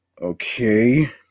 Okay